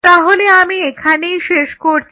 তাহলে আমি এখানেই শেষ করছি